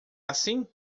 assim